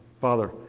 Father